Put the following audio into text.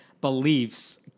beliefs